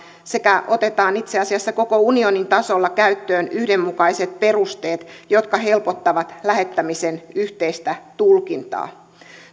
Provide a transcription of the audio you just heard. sekä otetaan itse asiassa koko unionin tasolla käyttöön yhdenmukaiset perusteet jotka helpottavat lähettämisen yhteistä tulkintaa